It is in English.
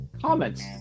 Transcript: comments